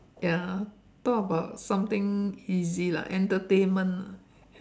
ya talk about something easy lah entertainment ah